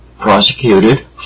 prosecuted